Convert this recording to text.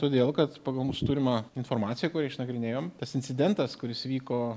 todėl kad pagal mūsų turimą informaciją kurią išnagrinėjom tas incidentas kuris vyko